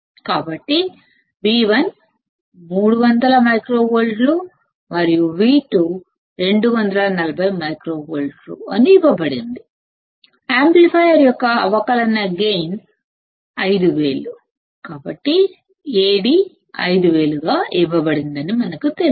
కాబట్టి V1 300 micro volts మరియు V2 240 micro volts అని ఇవ్వబడింది యాంప్లిఫైయర్ యొక్క అవకలన గైన్ 5000 కాబట్టి Ad 5000 గా ఇవ్వబడిందని మనకి తెలుసు